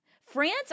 France